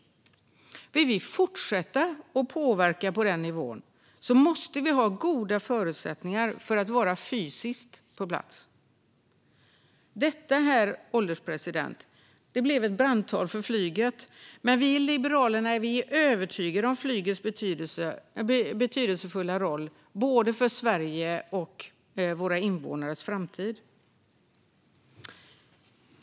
Vill vi fortsätta påverka på den nivån måste vi ha goda förutsättningar för att vara fysiskt på plats. Detta, herr ålderspresident, blev ett brandtal för flyget. Men vi i Liberalerna är övertygade om flygets betydelsefulla roll för Sveriges och dess invånares framtid.